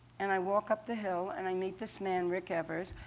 and i walk up the hill, and i meet this man rick evers.